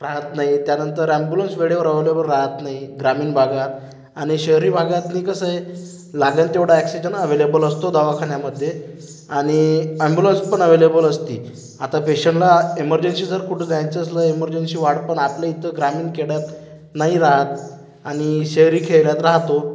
राहत नाही त्यानंतर ॲम्ब्युलंस वेळेवर अवेलेबल राहत नाही ग्रामीण भागात आणि शहरी भागातनी कसं आहे लागेल तेवढा अॅक्सिजन अवेलेबल असतो दवाखान्यामध्ये आणि ॲम्ब्युलंस पण अवेलेबल असती आता पेशंटला इमर्जन्सी जर कुठे जायचं असलं एमर्जन्सी वाटपण पण आपल्या इकडं ग्रामीण खेड्यात नाही राहत आणि शहरी खेड्यात राहतो